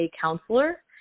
counselor